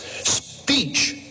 Speech